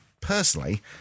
personally